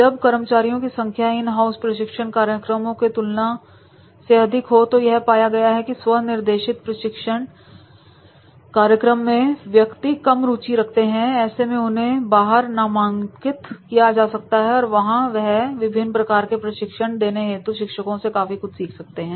जब कर्मचारियों की संख्या इन हाउस प्रशिक्षण कार्यक्रमों की तुलना से अधिक हो तो यह पाया गया है कि स्वनिर्देशित शिक्षण कार्यक्रम में व्यक्ति कम रुचि रखते हैं ऐसे में उन्हें बाहर नामांकित किया जा सकता है और वहां वह विभिन्न प्रकार के प्रशिक्षण देने हेतु शिक्षकों से काफी कुछ सीख सकते हैं